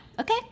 Okay